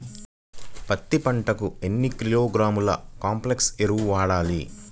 పత్తి పంటకు ఎన్ని కిలోగ్రాముల కాంప్లెక్స్ ఎరువులు వాడాలి?